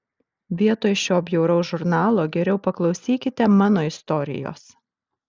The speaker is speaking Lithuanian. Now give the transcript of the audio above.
vietoj šio bjauraus žurnalo geriau paklausykite mano istorijos